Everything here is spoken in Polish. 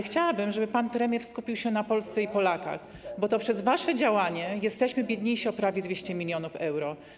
Chciałabym, żeby pan premier skupił się na Polsce i Polakach, bo to przez wasze działanie jesteśmy biedniejsi o prawie 200 mln euro.